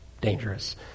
dangerous